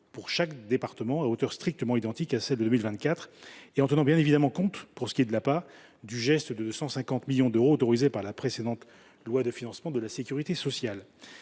pour chaque département, à hauteur strictement identique de celles de 2024. Nous tiendrons bien évidemment compte, pour ce qui est de l’APA, du geste exceptionnel de 150 millions d’euros autorisé par la précédente loi de financement de la sécurité sociale.